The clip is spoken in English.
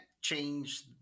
change